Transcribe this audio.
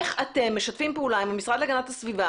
איך אתם משתפים פעולה עם המשרד להגנת הסביבה?